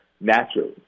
naturally